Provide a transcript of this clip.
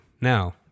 now